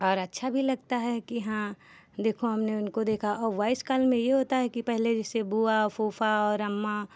और अच्छा भी लगता है कि हाँ देखो हमने उनको देखा और वॉइस कॉल में यह होता है कि पहले जैसे बुआ फूफा और अम्मा